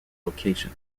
location